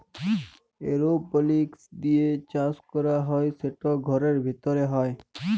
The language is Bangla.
এরওপলিক্স দিঁয়ে চাষ ক্যরা হ্যয় সেট ঘরের ভিতরে হ্যয়